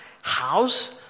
house